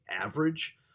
average